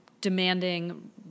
demanding